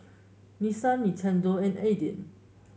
Nissan Nintendo and Aden